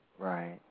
Right